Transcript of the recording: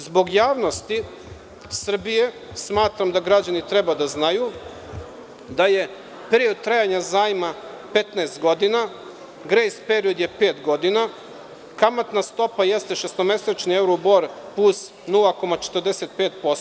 Zbog javnosti Srbije, smatram da građani treba da znaju, da je period trajanja zajma 15 godina, grejs period je pet godina, kamatna stopa jeste šestomesečni euribor plus 0,45%